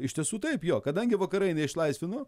iš tiesų taip jo kadangi vakarai neišlaisvino